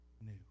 new